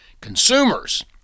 consumers